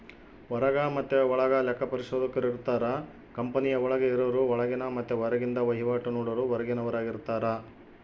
ಹೊರಗ ಮತೆ ಒಳಗ ಲೆಕ್ಕ ಪರಿಶೋಧಕರಿರುತ್ತಾರ, ಕಂಪನಿಯ ಒಳಗೆ ಇರರು ಒಳಗಿನ ಮತ್ತೆ ಹೊರಗಿಂದ ವಹಿವಾಟು ನೋಡರು ಹೊರಗಿನವರಾರ್ಗಿತಾರ